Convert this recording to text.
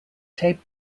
tape